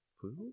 food